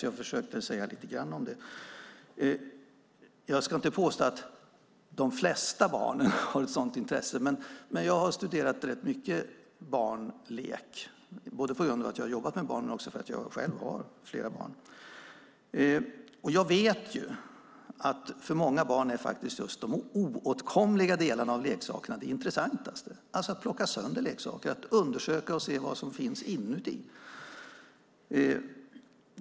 Jag försökte säga lite grann om det i mitt anförande. Jag påstår inte att de flesta barn har ett sådant intresse, men jag har studerat rätt mycket barnlek både på grund av att jag har jobbat med barn och därför att jag själv har flera barn och jag vet att för många barn är just de oåtkomliga delarna av leksakerna det intressantaste - att plocka sönder leksaker, att undersöka dem och se vad som finns inuti.